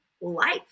life